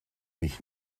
mich